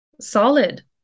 solid